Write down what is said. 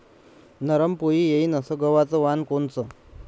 नरम पोळी येईन अस गवाचं वान कोनचं?